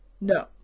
No